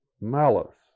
malice